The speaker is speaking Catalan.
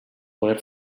poder